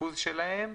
ריכוז שלהם,